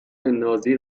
نازی